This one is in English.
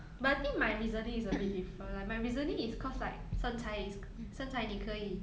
but I think my reasoning is a bit different like my reasoning is cause like 身材 is 身材你可以